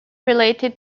related